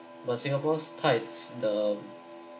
but singapore's tides the